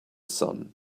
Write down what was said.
sun